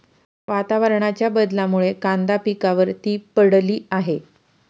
वातावरणाच्या बदलामुळे कांदा पिकावर ती पडली आहे